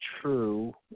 true